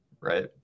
right